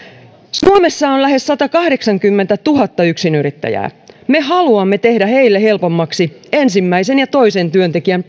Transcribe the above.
suomessa on lähes satakahdeksankymmentätuhatta yksinyrittäjää me haluamme tehdä heille helpommaksi ensimmäisen ja toisen työntekijän